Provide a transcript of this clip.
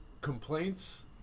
complaints